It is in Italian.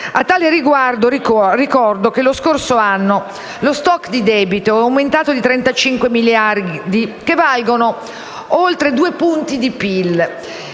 A tale riguardo ricordo che, lo scorso anno, lo *stock* di debito è aumentato di 35 miliardi, che valgono oltre due punti di PIL;